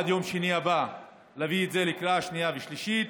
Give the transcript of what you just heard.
עד יום שני הבא נביא את זה לקריאה שנייה ושלישית.